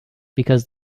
because